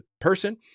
person